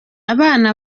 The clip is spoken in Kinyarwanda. abana